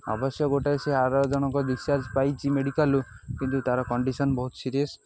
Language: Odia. ଅବଶ୍ୟ ଗୋଟେଏ ସେ ଆର ଜଣଙ୍କ ଡିସଚାର୍ଜ୍ ପାଇଛି ମେଡିକାଲରୁ କିନ୍ତୁ ତାର କଣ୍ଡିସନ ବହୁତ ସିରିୟସ୍